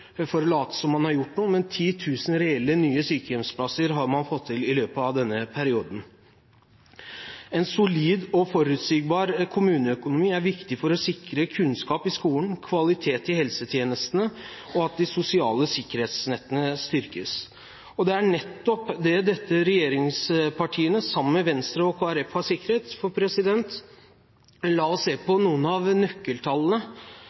som om man har gjort noe. 10 000 reelle, nye sykehjemsplasser har man fått til i løpet av denne perioden. En solid og forutsigbar kommuneøkonomi er viktig for å sikre kunnskap i skolen, kvalitet i helsetjenestene og at de sosiale sikkerhetsnettene styrkes. Det er nettopp dette regjeringspartiene, sammen med Venstre og Kristelig Folkeparti, har sikret. La oss se